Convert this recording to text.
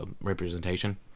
representation